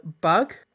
bug